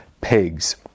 pigs